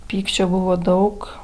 pykčio buvo daug